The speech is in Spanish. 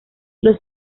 los